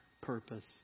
purpose